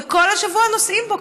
וכל השבוע נוסעים בו,